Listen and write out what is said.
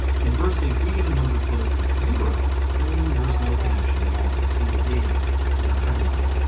conversely if we get a number close to zero, then there's no connection at all between the data and our trend line.